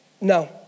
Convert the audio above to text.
No